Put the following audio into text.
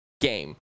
game